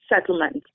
settlement